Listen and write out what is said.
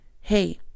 hey